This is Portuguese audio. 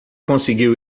conseguiu